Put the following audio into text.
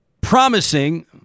promising